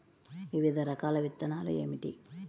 వివిధ రకాల విత్తనాలు ఏమిటి?